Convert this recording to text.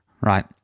Right